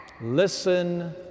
Listen